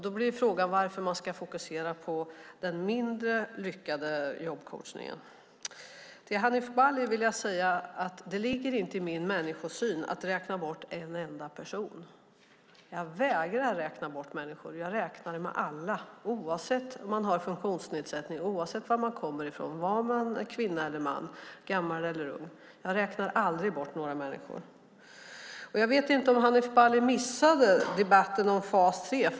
Då blir frågan varför man ska fokusera på den mindre lyckade jobbcoachningen. Till Hanif Bali vill jag säga att det inte ligger i min människosyn att räkna bort en enda person. Jag vägrar räkna bort människor. Jag räknar med alla, oavsett om de har funktionsnedsättningar, var de kommer från, om de är kvinnor eller män, gamla eller unga. Jag räknar aldrig bort några människor. Jag vet inte om Hanif Bali missade debatten om fas 3.